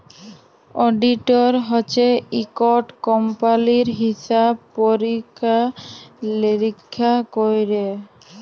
auditor হছে ইকট কম্পালির হিসাব পরিখ্খা লিরিখ্খা ক্যরে